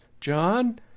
John